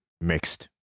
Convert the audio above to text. mixed